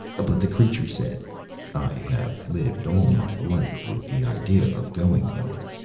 but the creature said i have lived all my life with the idea of going, miller.